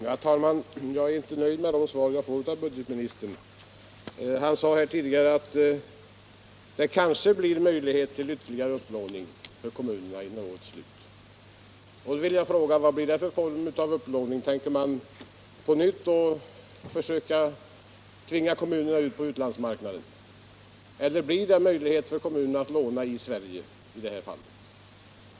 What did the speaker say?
Herr talman! Jag är inte nöjd med de svar jag får av budgetministern. Han sade tidigare att det kanske blir möjlighet till ytterligare upplåning för kommunerna vid årets slut. Jag vill då fråga vilken form av utlåning det kan komma att röra sig om. Tänker man på nytt försöka tvinga ut kommunerna på utlandsmarknaden eller blir det möjlighet för kommunerna att låna i Sverige i detta fall?